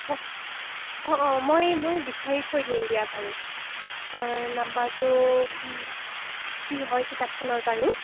অঁ অঁ অঁ মই মই বিচাৰি থৈ দিম দিয়া বাৰু নাম্বাৰটো কি হয় কিতাপখনৰ বাৰু